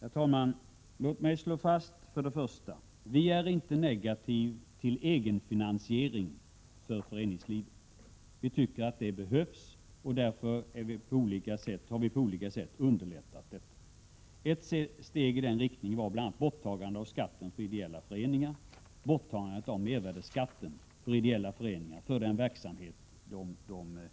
Herr talman! Låt mig först och främst slå fast att regeringen inte är negativt inställd till egenfinansiering inom föreningslivet. Vi tycker att detta behövs, och därför har vi på olika sätt försökt underlätta saken. Ett steg i denna Prot. 1987/88:125 riktning var bl.a. borttagandet av mervärdeskatten när det gäller verksamhet 24 maj 1988 som ideella föreningar